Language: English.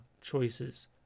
choices